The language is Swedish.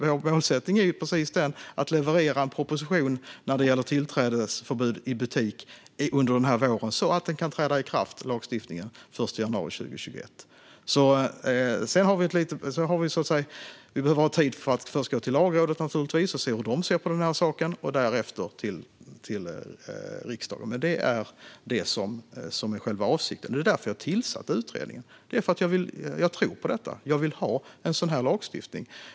Vår målsättning är precis denna: att leverera en proposition när det gäller tillträdesförbud i butik under våren så att lagstiftningen kan träda i kraft den 1 januari 2021. Vi behöver naturligtvis ha tid för att först gå till Lagrådet och se hur de ser på saken och därefter komma till riksdagen. Det är det som är själva avsikten. Det är ju därför vi har tillsatt utredningen! Det har vi gjort för att jag tror på detta. Jag vill ha en sådan här lagstiftning.